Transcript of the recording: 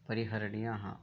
परिहरणीयाः